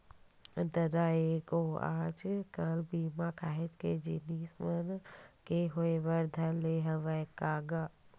ददा ऐ गोय आज कल बीमा काहेच जिनिस मन के होय बर धर ले हवय का गा?